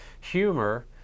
humor